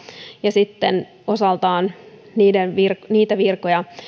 ja sitten osaltaan niitä virkoja